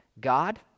God